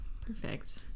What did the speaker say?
perfect